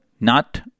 not-